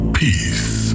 peace